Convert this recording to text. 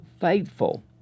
faithful